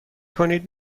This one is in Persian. کنید